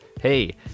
hey